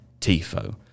TIFO